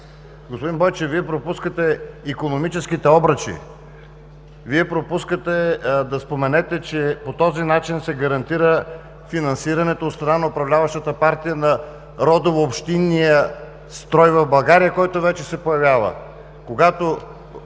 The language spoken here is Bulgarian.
Господин Бойчев, Вие пропускате икономическите обръчи. Пропускате да споменете, че по този начин се гарантира финансирането от страна на управляващата партия на родово-общинния строй в България, който вече се появява: